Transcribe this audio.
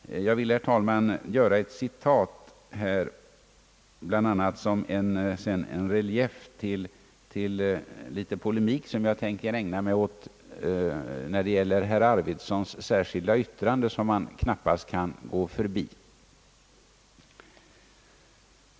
Jag vill citera ett avsnitt ur den motiveringen, bl.a. för att ge en viss relief åt en liten polemik som jag strax tänker ägna mig åt beträffande herr Arvidsons särskilda yttrande, vilket man knappast kan gå förbi.